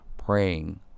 Praying